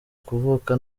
kuvuka